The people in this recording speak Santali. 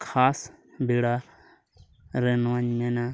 ᱠᱷᱟᱥ ᱵᱮᱲᱟ ᱨᱮ ᱱᱚᱣᱟᱧ ᱢᱮᱱᱟ